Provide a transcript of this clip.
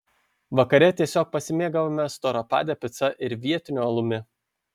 vakare tiesiog pasimėgavome storapade pica ir vietiniu alumi